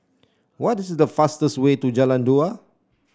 what is the fastest way to Jalan Dua